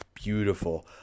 beautiful